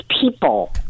people